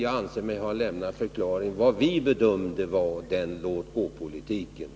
Jag anser mig ha redogjort för vår bedömning i det sammanhanget.